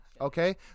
Okay